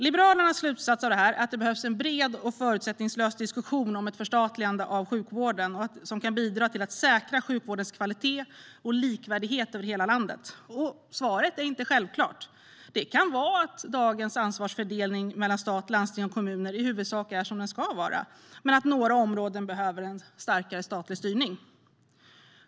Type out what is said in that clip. Liberalernas slutsats av detta är att det behövs en bred och förutsättningslös diskussion om ett förstatligande av sjukvården som kan bidra till att säkra sjukvårdens kvalitet och likvärdighet över hela landet. Svaret är inte självklart. Det kan vara så att dagens ansvarsfördelning mellan stat, landsting och kommuner i huvudsak är som den ska vara men att några områden behöver starkare statlig styrning.